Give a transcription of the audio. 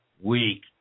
weak